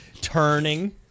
turning